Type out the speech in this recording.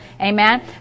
Amen